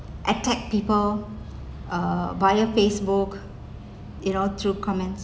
attack people uh via Facebook you know through comments